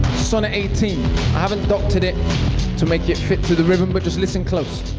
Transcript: sonnet eighteen. i haven't adopted it to make it fit to the rhythm, but just listen close.